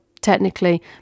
technically